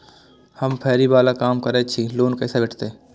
हम फैरी बाला काम करै छी लोन कैना भेटते?